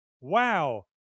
Wow